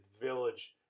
Village